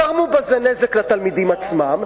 גרמו בזה נזק לתלמידים עצמם.